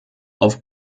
auf